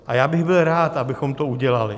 A já bych byl rád, abychom to udělali.